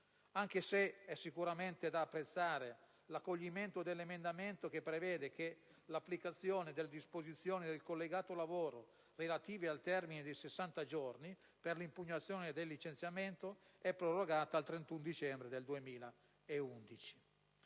anche se è sicuramente da apprezzare l'accoglimento dell'emendamento che prevede che l'applicazione delle disposizioni del collegato lavoro relative al termine di 60 giorni per l'impugnazione del licenziamento sia prorogata al 31 dicembre 2011.